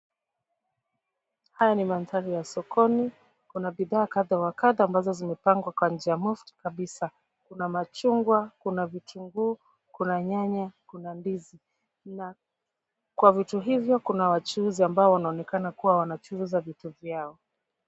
Haya ni mandhari ya sokoni. Kuna bidhaa kadha wa kadha ambazo zimepangwa kwa njia mufti kabisa. Kuna machungwa, kuna vitunguu, kuna nyanya, kuna ndizi. Na kwa vitu hivyo kuna wachuuzi ambao wanaonekana kuwa wanachuuza vitu vyao.